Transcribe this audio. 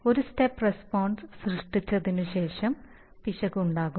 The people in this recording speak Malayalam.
ഒരു സ്റ്റെപ്പ് റസ്പോൺസ് സൃഷ്ടിച്ചതിനുശേഷം പിശക് ഉണ്ടാകും